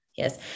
Yes